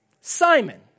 Simon